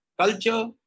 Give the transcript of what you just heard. culture